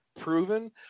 proven